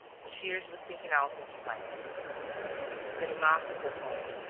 shears was thinking out his plans ganimard is at home.